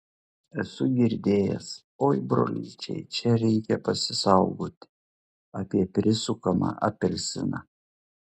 esu girdėjęs oi brolyčiai čia reikia pasisaugoti apie prisukamą apelsiną